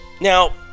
Now